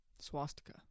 Swastika